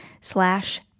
slash